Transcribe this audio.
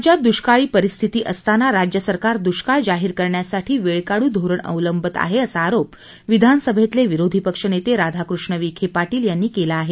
राज्यात दुष्काळी परिस्थिती असताना राज्य सरकार दुष्काळ जाहीर करण्यासाठी वेळकाढू धोरण अवलंबत आहे असा आरोप विधानसभेतले विरोधी पक्षनेते राधाकृष्ण विखे पाटील यांनी केला आहे